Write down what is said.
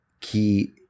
key